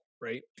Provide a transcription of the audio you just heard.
Right